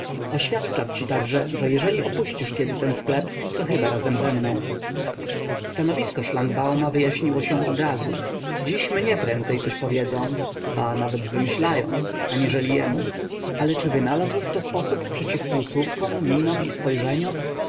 oświadczam ci także że jeżeli opuścisz kiedy ten sklep to chyba razem ze mną stanowisko szlangbauma wyjaśniło się odrazu dziś mnie prędzej coś powiedzą ba nawet zwymyślają aniżeli jemu ale czy wynalazł kto sposób przeciw półsłówkom minom i spojrzeniom